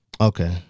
Okay